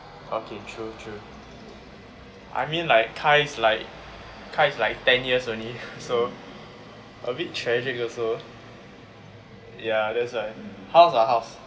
okay true true I mean like car is like car is like ten years only so a bit tragic also ya that's right house lah house